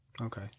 Okay